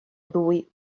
ddwy